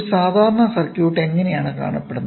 ഒരു സാധാരണ സർക്യൂട്ട് ഇങ്ങനെയാണ് കാണപ്പെടുന്നത്